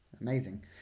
Amazing